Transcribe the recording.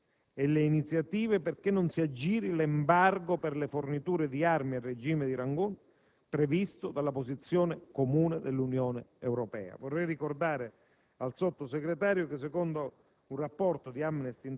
perché si rafforzino tutti i controlli e le iniziative affinché non si aggiri l'embargo per le forniture di armi del regime di Rangoon, previsto dalla posizione comune dell'Unione Europea. Vorrei ricordare